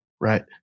Right